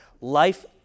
Life